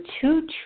two